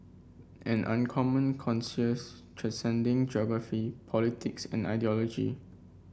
an uncommon transcending geography politics and ideology